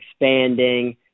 expanding